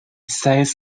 says